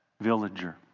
villager